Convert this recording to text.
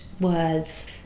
words